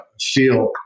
feel